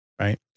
Right